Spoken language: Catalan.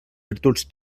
virtuts